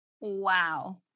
Wow